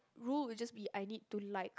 rule is just be I need to like